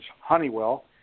Honeywell